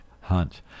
hunt